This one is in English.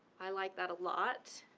i like that a lot.